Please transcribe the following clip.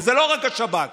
וזה לא רק השב"כ,